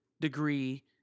degree